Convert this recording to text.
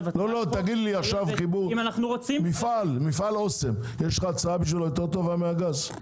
לקדם- -- מפעל אוסם, יש לך הצעה יותר טובה מהגז?